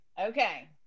Okay